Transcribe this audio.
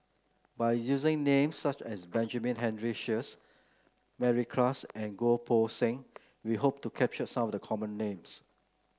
by using names such as Benjamin Henry Sheares Mary Klass and Goh Poh Seng we hope to capture some of the common names